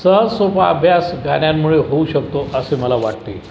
सहज सोपा अभ्यास गाण्यांमुळे होऊ शकतो असे मला वाटते